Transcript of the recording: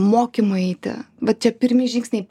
mokymų eiti va čia pirmi žingsniai